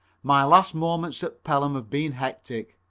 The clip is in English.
my last moments at pelham have been hectic.